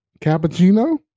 Cappuccino